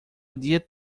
dieta